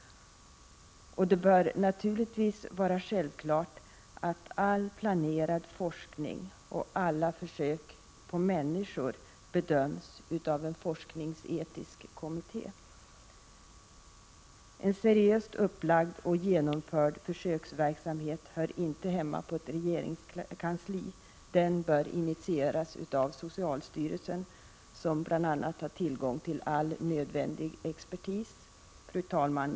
Och det bör naturligtvis vara självklart att all planerad forskning och alla försök på människor bedöms av en forskningsetisk kommitté. En seriöst upplagd och genomförd försöksverksamhet hör inte hemma på ett regeringskansli. Den bör initieras av socialstyrelsen, som bl.a. har tillgång till all nödvändig expertis. Fru talman!